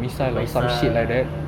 the missile lah